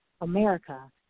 America